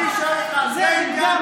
זה לא נכון.